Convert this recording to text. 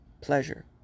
pleasure